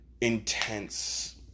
intense